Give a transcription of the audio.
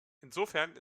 insofern